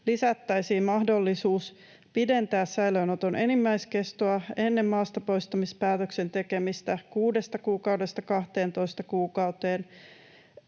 lisättäisiin mahdollisuus pidentää säilöönoton enimmäiskestoa ennen maastapoistamispäätöksen tekemistä 6 kuukaudesta 12 kuukauteen